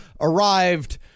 arrived